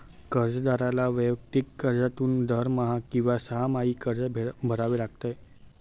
कर्जदाराला वैयक्तिक कर्जातून दरमहा किंवा सहामाही कर्ज भरावे लागते